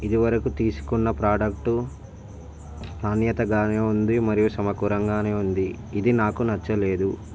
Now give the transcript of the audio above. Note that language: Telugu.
ఇది వరకు తీసుకున్న ప్రాడక్ట్ నాణ్యతగానే ఉంది మరియు సమకూలంగానే ఉంది ఇది నాకు నచ్చలేదు